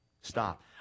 stop